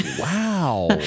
Wow